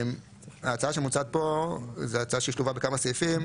ההצעה שמוצעת פה היא הצעה ששלובה בכמה סעיפים,